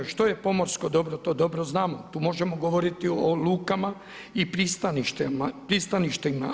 Što je pomorsko dobro, to dobro znamo, tu možemo govoriti o lukama i pristaništima.